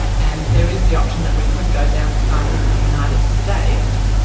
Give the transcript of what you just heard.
and there is the option that we could go down the path of the united states,